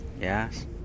Yes